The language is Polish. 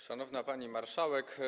Szanowna Pani Marszałek!